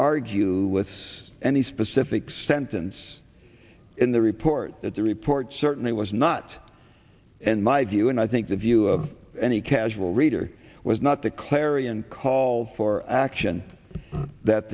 argue with any specific sentence in the report that the report certainly was not and my view and i think the view of any casual reader was not the clarion call for action that